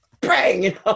bang